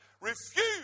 refuse